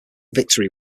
victory